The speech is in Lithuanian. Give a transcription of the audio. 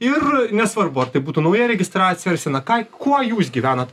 ir nesvarbu ar tai būtų nauja registracija ar sena ką kuo jūs gyvenat